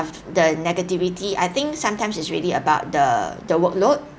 the negativity I think sometimes is really about the the workload